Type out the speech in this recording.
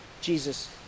Jesus